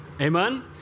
Amen